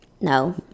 No